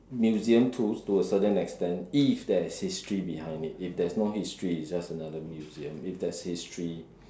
museum too to a certain extent if there is history behind it if there is no history it is just another museum if there is history